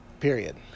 Period